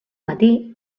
matí